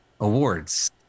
awards